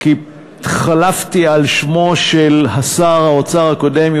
כי חלפתי על שמו של שר האוצר הקודם,